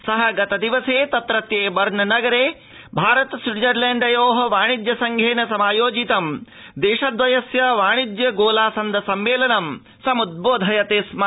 स गतदिवसे तत्रत्येबर्न नगरे भारत स्विट्जरलैण्डयो वाणिज्यसंघेन समायोजितं देशद्रयस्य वाणिज्य गोलासन्द सम्मेलनं समुद्रोधयति स्म